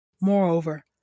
Moreover